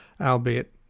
albeit